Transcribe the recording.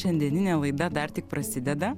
šiandieninė laida dar tik prasideda